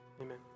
amen